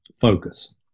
focus